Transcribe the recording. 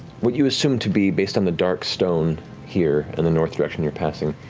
what you assume to be based on the dark stone here and the north direction you're passing,